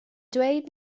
dweud